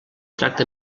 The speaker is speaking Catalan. tracta